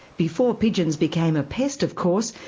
before pigeons became a pest, of course,